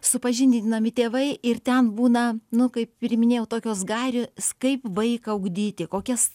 supažindinami tėvai ir ten būna nu kaip ir minėjau tokios gari skaip vaiką ugdyti kokias